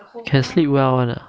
can sleep well [one] ah